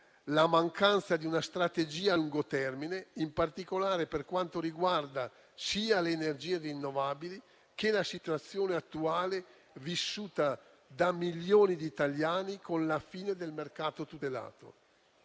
la mancanza di una strategia a lungo termine, in particolare per quanto riguarda sia le energie rinnovabili che la situazione attuale vissuta da milioni di italiani con la fine del mercato tutelato.